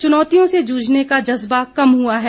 चुनौतियों से जूझने का जज्बा कम हुआ है